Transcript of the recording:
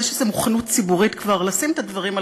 יש כבר איזו מוכנות ציבורית לשים את הדברים על